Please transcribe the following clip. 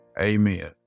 Amen